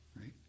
right